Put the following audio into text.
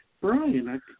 Brian